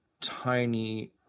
tiny